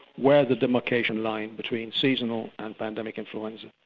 where the demarcation line between seasonal and pandemic influenza.